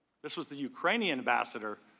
this was the ukrainian ambassador,